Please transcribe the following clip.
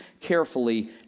carefully